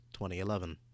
2011